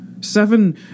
Seven